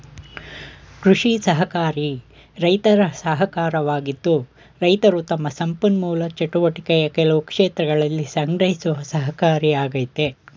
ಕೃಷಿ ಸಹಕಾರಿ ರೈತರ ಸಹಕಾರವಾಗಿದ್ದು ರೈತರು ತಮ್ಮ ಸಂಪನ್ಮೂಲ ಚಟುವಟಿಕೆಯ ಕೆಲವು ಕ್ಷೇತ್ರದಲ್ಲಿ ಸಂಗ್ರಹಿಸುವ ಸಹಕಾರಿಯಾಗಯ್ತೆ